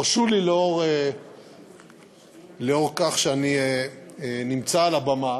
הרשו לי, לאור זה שאני נמצא על הבמה